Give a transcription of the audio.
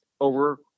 over –